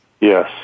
yes